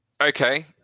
okay